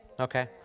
Okay